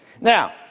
Now